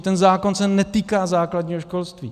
Ten zákon se netýká základního školství.